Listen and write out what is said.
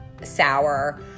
sour